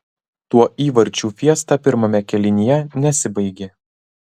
tuo įvarčių fiesta pirmame kėlinyje nesibaigė